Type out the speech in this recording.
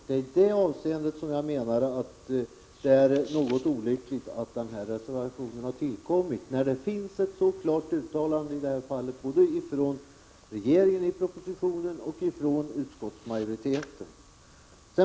Det är i det avseendet som jag menar att det är något olyckligt att reservationen har tillkommit, när det i detta fall finns ett mycket klart uttalande, både från regeringen i propositionen och från utskottsmajoriteten.